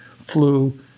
flu